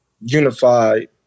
unified